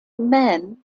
man